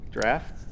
draft